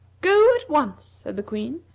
go at once, said the queen.